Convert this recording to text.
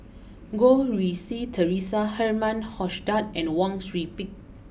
Goh Rui Si Theresa Herman Hochstadt and Wang Sui Pick